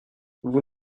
vous